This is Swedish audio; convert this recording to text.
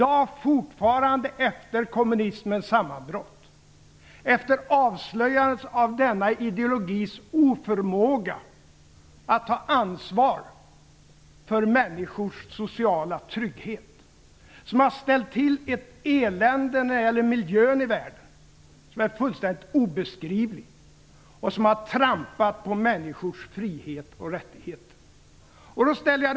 Är detta möjligt efter kommunismens sammanbrott, efter avslöjandet av denna ideologis oförmåga att ta ansvar för människors sociala trygghet - den ideologi som har ställt till ett fullständigt obeskrivligt elände när det gäller miljön i världen och som har trampat på människor frihet och rättigheter?